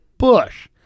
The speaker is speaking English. Bush